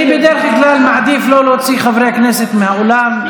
בדרך כלל אני מעדיף לא להוציא חברי כנסת מהאולם,